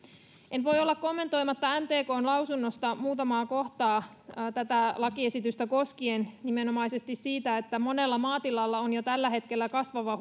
en voi olla kommentoimatta mtkn lausunnosta muutamaa kohtaa tätä lakiesitystä koskien nimenomaisesti sitä että monella maatilalla on jo tällä hetkellä kasvava